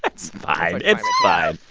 it's fine. it's fine.